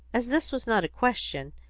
as this was not a question,